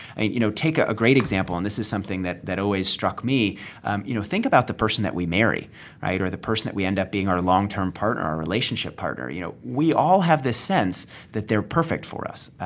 and you know, take ah a great example and this is something that that always struck me um you know, think about the person that we marry right? or the person that we end up being our long-term partner or relationship partner. you know, we all have this sense that they're perfect for us.